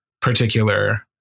particular